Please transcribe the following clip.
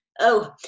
Oh